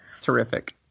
Terrific